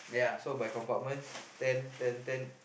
so by compartments ten ten ten